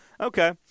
Okay